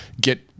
get